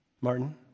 Martin